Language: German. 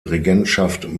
regentschaft